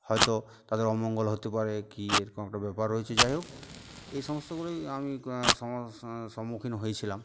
হয়তো তাদের অমঙ্গল হতে পারে কী এরকম একটা ব্যাপার রয়েছে যাই হোক এই সমস্তগুলোই আমি সম্মুখীন হয়েছিলাম